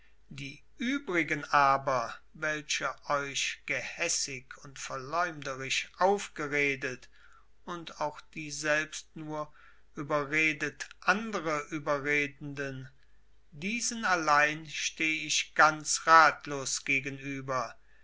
die übrigen aber welche euch gehässig und verleumderisch aufgeredet und auch die selbst nur überredet andre überredenden diesen allen stehe ich ganz ratlos gegenüber